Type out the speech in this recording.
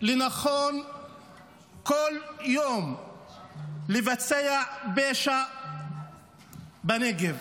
לנכון בכל יום לבצע פשע בנגב.